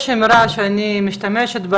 יש אמרה שאני משתמשת בה,